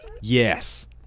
Yes